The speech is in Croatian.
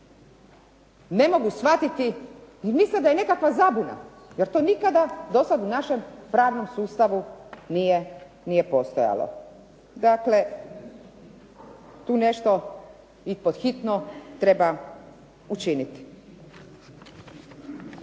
ne mogu shvatiti i misle da je nekakva zabuna, jer to nikada do sada u našem pravnom sustavu nije postojalo. Dakle, tu nešto i pod hitno treba učiniti.